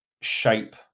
shape